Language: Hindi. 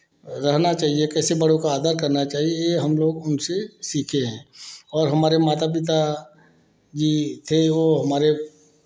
रहना चाहिए कैसे बड़ों का आदर करना चाहिए यह हम लोग उनसे सीखे हैं और हमारे माता पिता जी थे वे हमारे